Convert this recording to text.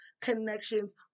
connections